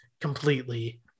completely